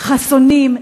חסונים,